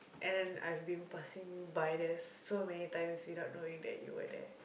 and I've been passing by there so many times without knowing that you were there